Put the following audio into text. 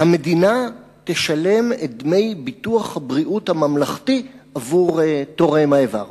שהמדינה תשלם את דמי ביטוח הבריאות הממלכתי עבור תורם האיבר.